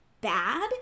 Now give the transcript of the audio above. bad